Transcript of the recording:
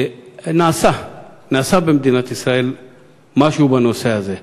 נעשה במדינת ישראל משהו בנושא הזה,